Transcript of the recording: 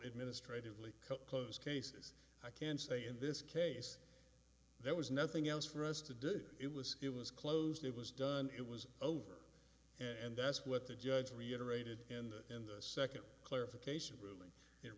administratively close cases i can say in this case there was nothing else for us to do it was it was closed it was done it was over and that's what the judge reiterated in the in the second clarification ruling it